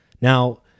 Now